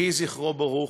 יהי זכרו ברוך.